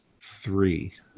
three